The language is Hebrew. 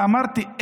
אמרתי,